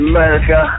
America